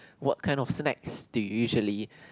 what kind of snacks do you usually